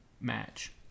match